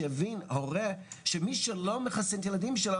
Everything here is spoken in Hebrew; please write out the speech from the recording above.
הורה שלא מחסן את ילדיו,